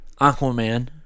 Aquaman